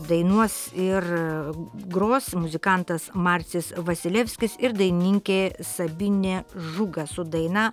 dainuos ir gros muzikantas marcis vasilevskis ir dainininkė sabinė žūga su daina